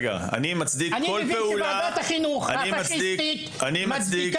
אני מצדיק כל פעולה --- אני מבין שוועדת החינוך